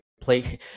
play